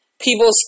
people